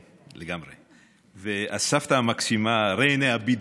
כן, לגמרי, הסבתא המקסימה ריינה אביטבול,